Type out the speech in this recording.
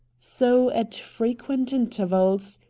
so, at frequent intervals,